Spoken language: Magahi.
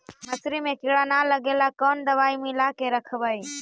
मसुरी मे किड़ा न लगे ल कोन दवाई मिला के रखबई?